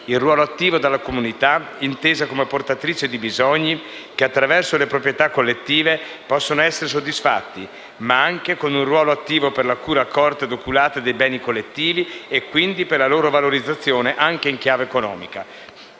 il ruolo attivo della comunità intesa come portatrice di bisogni, che attraverso le proprietà collettive possono essere soddisfatti, ma anche con un ruolo attivo per la cura accorta e oculata dei beni collettivi e, quindi, per la loro valorizzazione anche in chiave economica.